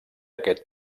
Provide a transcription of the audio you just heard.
aquest